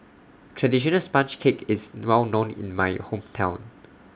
Traditional Sponge Cake IS Well known in My Hometown